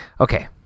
Okay